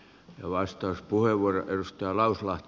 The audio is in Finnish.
vastauspuheenvuoro edustaja lauslahti